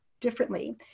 differently